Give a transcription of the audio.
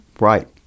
Right